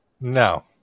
No